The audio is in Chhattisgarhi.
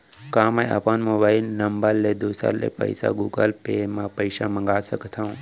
का मैं अपन मोबाइल ले दूसर ले पइसा गूगल पे म पइसा मंगा सकथव?